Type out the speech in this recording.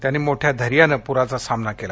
त्यांनी मोठ्या धैर्याने पुराचा सामना केला